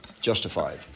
justified